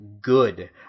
Good